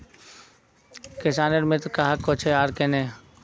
किसानेर मित्र कहाक कोहचे आर कन्हे?